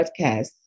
podcast